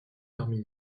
parmi